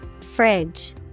Fridge